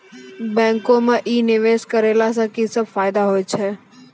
बैंको माई निवेश कराला से की सब फ़ायदा हो छै?